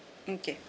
okay